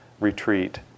retreat